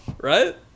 Right